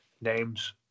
names